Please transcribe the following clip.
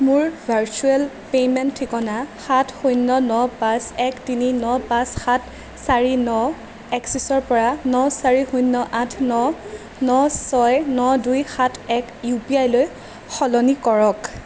মোৰ virtual payment ঠিকনা সাত শূন্য় ন পাঁচ এক তিনি ন পাঁচ সাত চাৰি ন এক্সিছৰ পৰা ন চাৰি শূন্য় আঠ ন ন ছয় ন দুই সাত এক ইউ পি আইলৈ সলনি কৰক